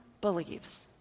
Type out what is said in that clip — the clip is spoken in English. believes